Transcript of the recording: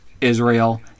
Israel